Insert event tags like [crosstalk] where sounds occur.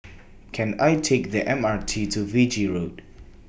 [noise] Can I Take The M R T to Fiji Road